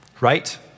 right